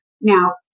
Now